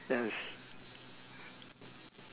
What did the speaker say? yes